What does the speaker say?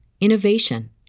innovation